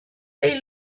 they